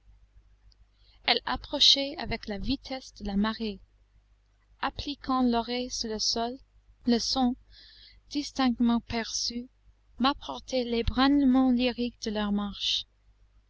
elles approchaient avec la vitesse de la marée appliquant l'oreille sur le sol le son distinctement perçu m'apportait l'ébranlement lyrique de leur marche